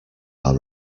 our